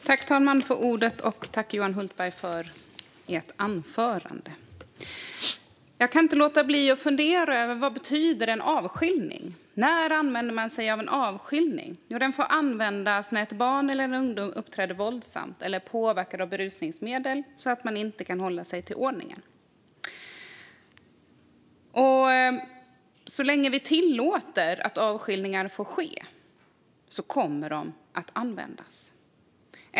Fru talman! Jag tackar Johan Hultberg för hans anförande. Jag kan inte låta bli att fundera över vad en avskiljning betyder. När använder man sig av en avskiljning? Jo, den får användas när ett barn eller en ungdom uppträder våldsamt eller är påverkad av berusningsmedel och inte kan hålla sig till ordningen. Så länge vi tillåter att avskiljningar får ske kommer de att användas.